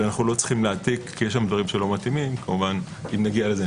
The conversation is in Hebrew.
יש פה דברים שלא מתאימים - אם נגיע לזה,